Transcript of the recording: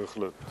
בהחלט.